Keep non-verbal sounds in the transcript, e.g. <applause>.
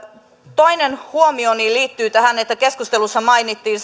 toinen huomioni liittyy tähän että keskustelussa mainittiin <unintelligible>